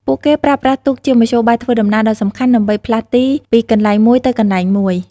ពួកគេប្រើប្រាស់ទូកជាមធ្យោបាយធ្វើដំណើរដ៏សំខាន់ដើម្បីផ្លាស់ទីពីកន្លែងមួយទៅកន្លែងមួយ។